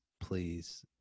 please